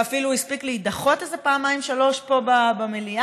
ואפילו הספיק להידחות איזה פעמיים-שלוש פה במליאה,